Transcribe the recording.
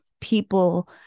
people